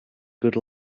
good